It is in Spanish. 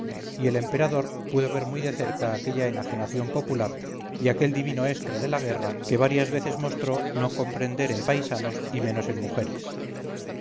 y el emperador pudo ver muy de cerca aquella enajenación popular y aquel divino estro de la guerra que varias veces mostró no comprender en paisanos y menos en mujeres